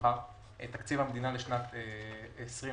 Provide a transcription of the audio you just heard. המדינה לשנת 2020